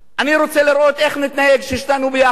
אני רוצה לראות איך נתנהג, ששתנו ביחד.